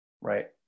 Right